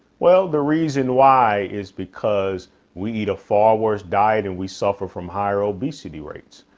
well, the reason why is because we eat a far worse diet and we suffer from higher obesity rates.